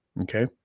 Okay